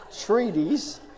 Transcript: treaties